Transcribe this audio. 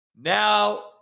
now